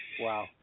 Wow